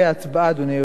אדוני היושב-ראש,